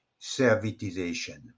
servitization